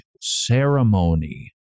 ceremony